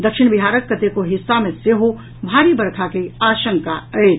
दक्षिण बिहारक कतेको हिस्सा मे सेहो भारी वर्षा के आशंका अछि